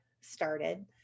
started